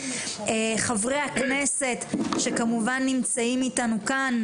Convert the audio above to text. לחברי הכנסת שכמובן נמצאים איתנו כאן,